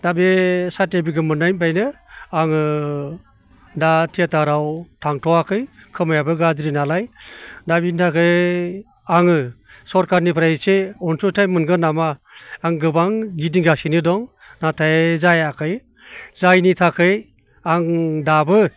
दा बे सारटिफिकेट मोननायनिफ्रायनि आङो दा थियाटाराव थांथ'आखै खोमायाबो गाज्रिनालाय दा बिनि थाखाय आङो सरखारनिफ्राय एसे अनसुंथाय मोनगोन नामा आं गोबां गिदिंगासिनो दङ नाथाय जायखै जायनि थाखै आं दाबो